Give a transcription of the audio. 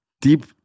Deep